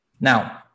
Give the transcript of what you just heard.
Now